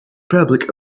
public